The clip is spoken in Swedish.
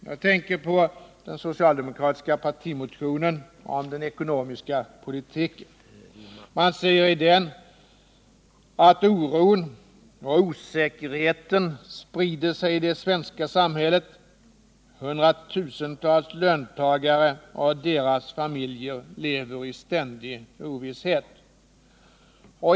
Jag tänker på den socialdemokratiska partimotionen om den ekonomiska politiken. Man säger i den att oron och osäkerheten sprider sig i det svenska samhället, hundratusentals löntagare och deras familjer lever i ständig ovisshet.